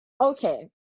okay